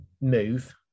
move